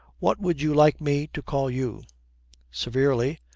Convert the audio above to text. what would you like me to call you severely,